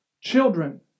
Children